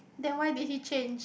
then why did he change